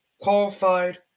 qualified